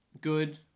good